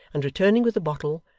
and returning with a bottle,